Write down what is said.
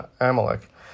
Amalek